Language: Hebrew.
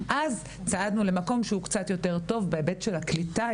אז צעדנו למקום קצת יותר מקום בהיבט של הקליטה,